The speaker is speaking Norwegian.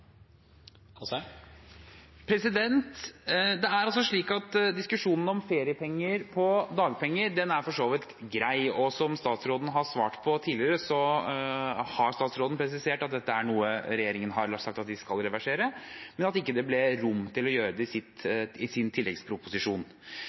som statsråden har svart på tidligere, har hun presisert at dette er noe regjeringen har sagt at de skal reversere, men at det ikke ble rom til å gjøre det i